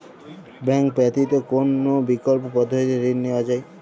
Bank ব্যতিত কোন বিকল্প পদ্ধতিতে ঋণ নেওয়া যায়?